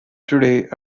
today